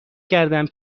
کردم